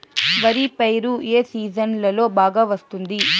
వరి పైరు ఏ సీజన్లలో బాగా వస్తుంది